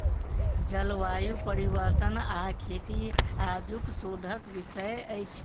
जलवायु परिवर्तन आ खेती आजुक शोधक विषय अछि